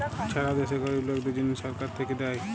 ছারা দ্যাশে গরিব লকদের জ্যনহ ছরকার থ্যাইকে দ্যায়